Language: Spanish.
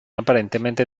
aparentemente